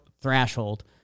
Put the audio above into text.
threshold